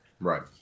Right